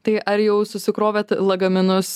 tai ar jau susikrovėt lagaminus